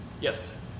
Yes